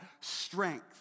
strength